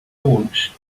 launch